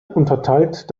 unterteilt